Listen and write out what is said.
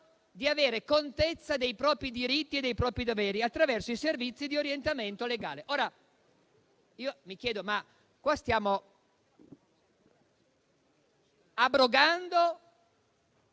di avere contezza dei propri diritti e dei propri doveri, attraverso i servizi di orientamento legale.